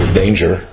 danger